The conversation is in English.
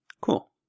Cool